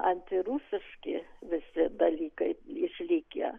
antirusiški visi dalykai išlikę